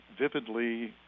vividly